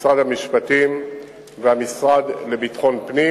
משרד המשפטים והמשרד לביטחון פנים.